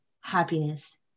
happiness